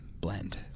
blend